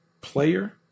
player